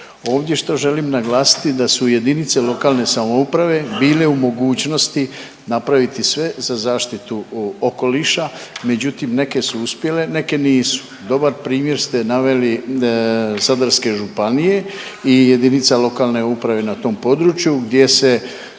Ovdje što želim naglasiti da su jedinice lokalne samouprave bile u mogućnosti napraviti sve za zaštitu okoliša, međutim neke su uspjele neke nisu. Dobar primjer ste naveli zadarske županije i jedinica lokalne uprave na tom području gdje se